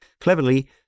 Cleverly